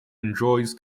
enjoys